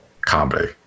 comedy